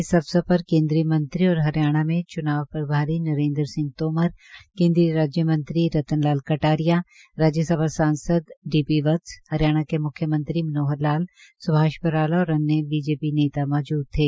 इस अवसर पर केन्द्रीय मंत्री और हरियाणा में चूनाव प्रभारी नरेन्द्र सिहं तोमर केन्द्रीय राज्य मंत्री रत्न लाल कटारिया राज्य सभा सांसद डी पी वत्स हरियाणा के मुख्य मंत्री मनोहर लाल स्भाष बराला और अन्य बीजेपी नेता मौजूद थे